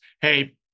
Hey